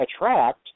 attract